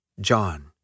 John